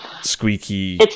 squeaky